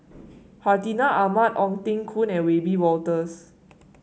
Hartinah Ahmad Ong Teng Koon and Wiebe Wolters